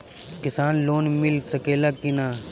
किसान लोन मिल सकेला कि न?